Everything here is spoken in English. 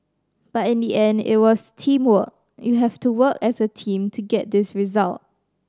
but in the end it was teamwork you have to work as a team to get this result